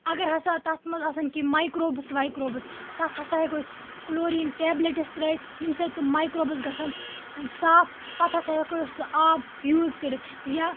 اَگر ہَسا تَتھ مَنٛز آسَن کیٚنٛہہ مایکروبٕس وایکروبٕس تَتھ ہَسا ہیکو أسۍ کٕلوریٖن ٹیٚبلِٹٕس ترٲیِتھ ییمہِ سۭتۍ تِم مَیکروبٕس گَژھَن صاف پَتہٕ ہَسا ہیکو أسۍ سُہ آب یوز کٔرِتھ